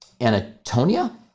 Anatonia